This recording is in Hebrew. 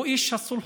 הוא איש הסולחות.